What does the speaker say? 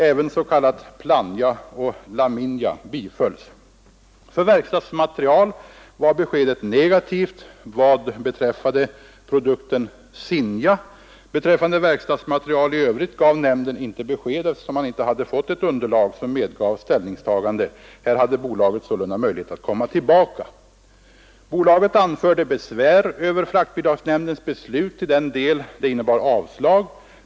Även s.k. Plannja och Laminja bifölls. För verkstadsmaterial var beskedet negativt vad beträffar produkten Zinnja. Beträffande verkstadsmaterial i övrigt gav nämnden inte besked, eftersom man inte hade fått ett underlag som medgav ställningstagande. Här hade bolaget sålunda möjlighet att komma tillbaka. Bolaget anförde besvär över fraktbidragsnämndens beslut till den del det innebar avslag.